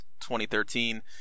2013